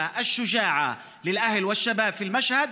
האמיצה של התושבים והנוער באל-משהד,